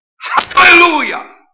Hallelujah